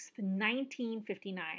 1959